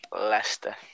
Leicester